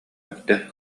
эрдэ